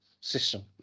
system